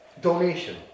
donation